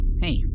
hey